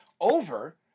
over